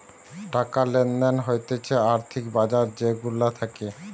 টাকা লেনদেন হতিছে আর্থিক বাজার যে গুলা থাকে